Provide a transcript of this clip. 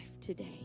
today